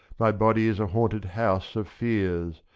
my body is a haunted house of fears,